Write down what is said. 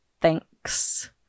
Thanks